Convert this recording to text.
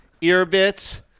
Earbits